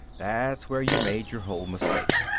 that's where you made your whole mistake.